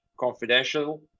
confidential